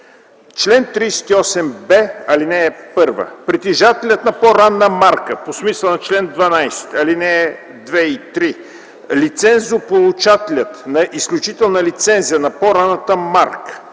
Чл. 38б. (1) Притежателят на по-ранна марка по смисъла на чл. 12, ал. 2 и 3, лицензополучателят на изключителна лицензия на по-ранната марка,